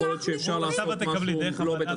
יכול להיות שאפשר לעשות משהו לא תת קרקעי.